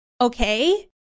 Okay